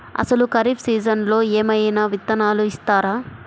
అసలు ఖరీఫ్ సీజన్లో ఏమయినా విత్తనాలు ఇస్తారా?